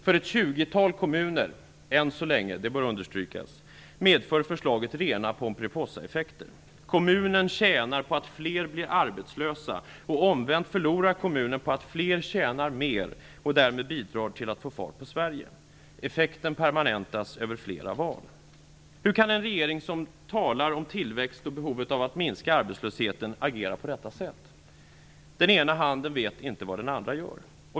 För ett tjugotal kommuner - än så länge, det bör understrykas - medför förslaget rena Pomperipossaeffekter. Kommunen tjänar på att fler blir arbetslösa. Omvänt förlorar kommunen på att fler tjänar mer och därmed bidrar till att få fart på Sverige. Effekten permanentas över flera val. Hur kan en regering som talar om tillväxt och om behovet av att minska arbetslösheten agera på detta sätt? Den ena handen vet inte vad den andra gör.